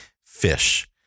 fish